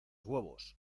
huevos